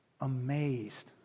amazed